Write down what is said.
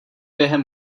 během